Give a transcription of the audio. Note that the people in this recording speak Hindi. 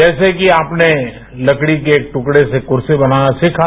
जैसे की आपने तकड़ी के दुकड़े से कुर्सी बनाना सीखा